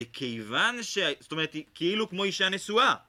כיוון ש... זאת אומרת, כאילו כמו אישה נשואה.